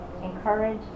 Encourage